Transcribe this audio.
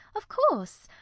of course.